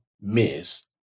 miss